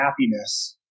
happiness